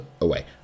away